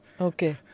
Okay